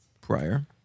Prior